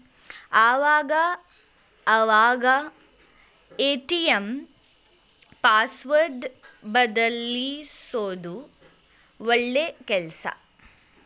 ಆವಾಗ ಅವಾಗ ATM password ಬದಲ್ಯಿಸೋದು ಒಳ್ಳೆ ಕೆಲ್ಸ